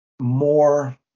more